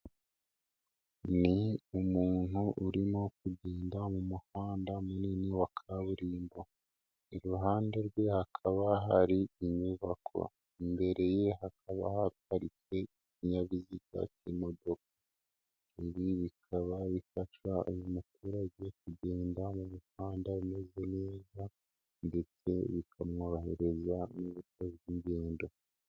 Ni umuntu urimo kugenda mu muhanda munini wa kaburimbo. Iruhande rwe hakaba hari inyubako. Imbere ye hakaba haparitse ikinyabiziga cy'imodo. Ibi bikaba bifasha uyu muturage kugenda mu mihanda Imeze neza ndetse bikamworohereza n'uburyo bw'ingendo.